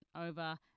over